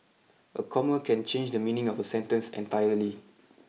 a comma can change the meaning of a sentence entirely